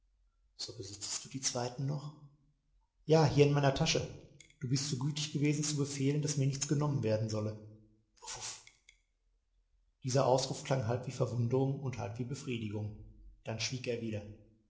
so besitzest du die zweiten noch ja hier in meiner tasche du bist so gütig gewesen zu befehlen daß mir nichts genommen werden solle uff uff dieser ausruf klang halb wie verwunderung und halb wie befriedigung dann schwieg er wieder